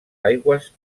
aigües